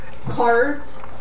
cards